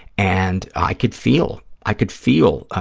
and i could feel, i could feel,